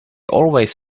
always